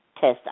test